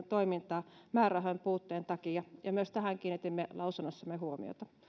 toimintaa määrärahojen puutteen takia ja myös tähän kiinnitimme mietinnössämme huomiota